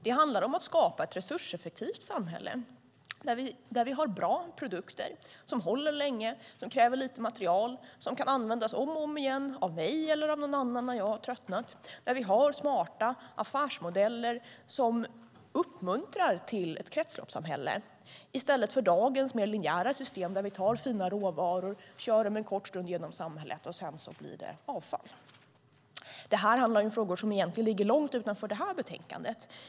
Det handlar om att skapa ett resurseffektivt samhälle där vi har bra produkter som håller länge, kräver lite material och kan användas om och om igen av mig eller av någon annan, när jag har tröttnat, där vi har smarta affärsmodeller som uppmuntrar till ett kretsloppssamhälle i stället för dagens mer linjära system och där vi tar fina råvaror, kör dem en kort stund genom samhället och det sedan blir avfall. Det här är frågor som egentligen ligger långt utanför det här betänkandet.